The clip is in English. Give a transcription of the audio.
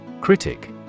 Critic